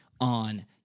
on